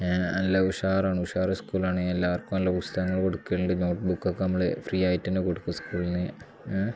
നല്ല ഉഷാറാണ് ഉഷാറ് സ്കൂൾ ആണ് എല്ലാവർക്കും നല്ല പുസ്തകങ്ങൾ കൊടുക്കുന്നുണ്ട് നോട്ട് ബുക്കൊക്കെ നമ്മൾ ഫ്രീ ആയിട്ട് തന്നെ കൊടുക്കും സ്കൂളിൽ നിന്ന്